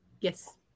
Yes